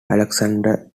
alexander